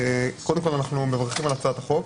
קודם כל, אנו מברכים על הצעת החוק.